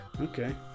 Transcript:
okay